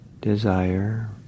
desire